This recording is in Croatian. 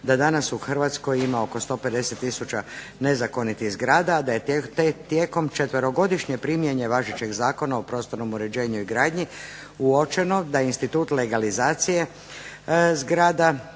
da danas u Hrvatskoj ima oko 150 tisuća nezakonitih zgrada, da je tijekom četverogodišnje primjene važećeg Zakona o prostornom uređenju i gradnji uočeno da je institut legalizacije zgrada